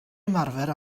ymarfer